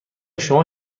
شما